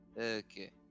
okay